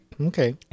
Okay